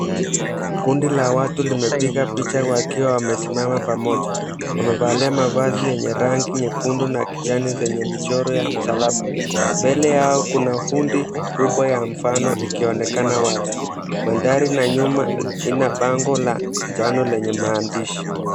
Kundi la watu limepiga picha wakiwa wamesimama pamoja. Wamevalia mavazi yenye rangi nyekundu na kijani zenye michoro ya msalaba. Mbele yao kuna hundi kubwa ya mfano ikionekana wazi. Mandhari ya nyuma ina bango la manjano lenye maandishi.